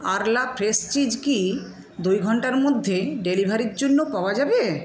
Arla fresh cheese কি দুই ঘন্টার মধ্যে ডেলিভারির জন্য পাওয়া যাবে